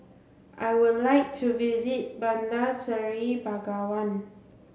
I would like to visit Bandar Seri Begawan